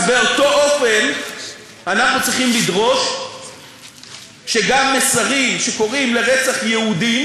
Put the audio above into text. אז באותו אופן אנחנו צריכים לדרוש שגם מסרים שקוראים לרצח יהודים